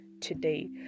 today